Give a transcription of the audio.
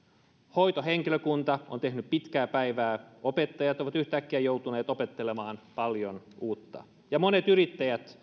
hoitohenkilökunta on tehnyt pitkää päivää opettajat ovat yhtäkkiä joutuneet opettelemaan paljon uutta ja monet yrittäjät